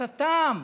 לפרנסתם.